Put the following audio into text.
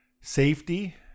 safety